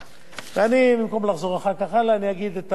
ואני, במקום לחזור אחר כך, אגיד את התודות.